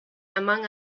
among